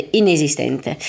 inesistente